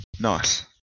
nice